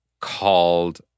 called